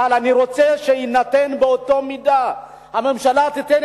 אבל אני רוצה שבאותה מידה הממשלה תיתן